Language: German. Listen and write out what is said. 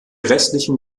restlichen